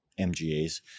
mgas